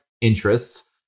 interests